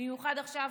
במיוחד עכשיו,